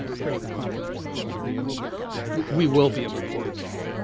um pretty confident we're going to be able to we will be able to pull this off.